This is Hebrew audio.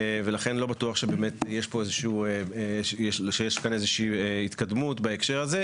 ולכן לא בטוח שיש כאן איזושהי התקדמות בהקשר הזה,